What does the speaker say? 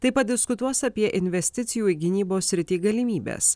taip pat diskutuos apie investicijų į gynybos sritį galimybes